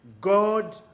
God